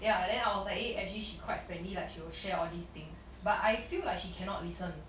ya then I was like eh actually she quite friendly like she will share all these things but I feel like she cannot listen